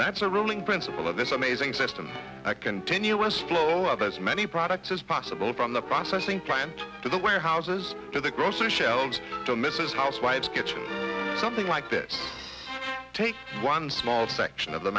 that's a rolling principle of this amazing system a continuous flow of as many products as possible from the processing plant to the warehouses to the grocery shelves to mrs housewives kitchen something like this takes one small section of the